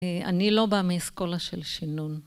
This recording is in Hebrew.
אני לא באה מאסכולה של שינון.